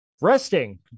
resting